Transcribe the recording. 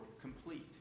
complete